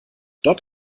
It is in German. dort